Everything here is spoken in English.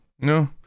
No